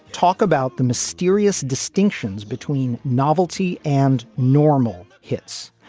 talk about the mysterious distinctions between novelty and normal hits.